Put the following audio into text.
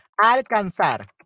alcanzar